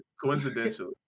coincidental